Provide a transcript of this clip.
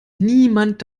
niemand